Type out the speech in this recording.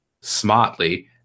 smartly